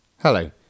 Hello